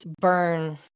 burn